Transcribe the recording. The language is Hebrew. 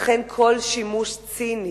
לכן, כל שימוש ציני